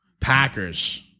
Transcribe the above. Packers